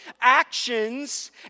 actions